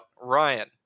Ryan